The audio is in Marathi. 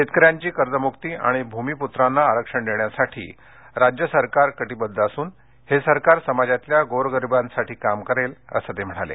शेतकऱ्यांची कर्जमूक्ती आणि भूमिपूत्रांना आरक्षण देण्यासाठी राज्य सरकार कटिबद्ध असून हे सरकार समाजातल्या गोरगरिबांसाठी काम करेल असं ते म्हणाले